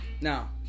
Now